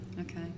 okay